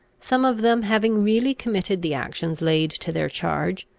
some of them having really committed the actions laid to their charge,